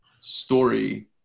story